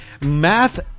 Math